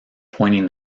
pointing